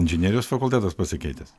inžinerijos fakultetas pasikeitęs